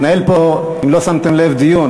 מתנהל פה, אם לא שמתם לב, דיון.